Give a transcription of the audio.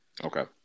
Okay